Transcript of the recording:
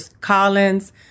Collins